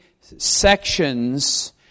sections